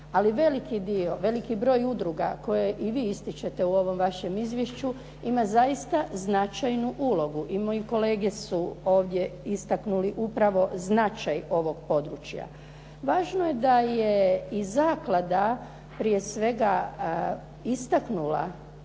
Ali veliki dio, veliki broj udruga koje i vi ističete u ovom vašem izvješću, ima zaista značajnu ulogu. I moje kolege su upravo istaknuli značaj ovog područja. Važno je da je i zaklada prije svega istaknula